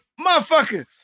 motherfucker